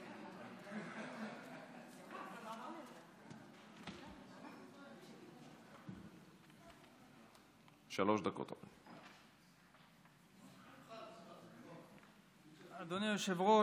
אדוני היושב-ראש,